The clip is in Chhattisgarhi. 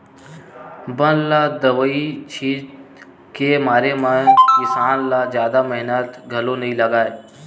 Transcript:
बन ल दवई छित के मारे म किसान ल जादा मेहनत घलो नइ लागय